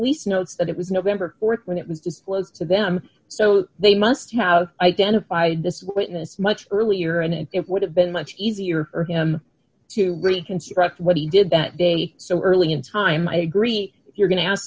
least notes that it was november th when it was disclosed to them so they must have identified this witness much earlier and it would have been much easier for him to reconstruct what he did that day so early in time i agree if you're going to ask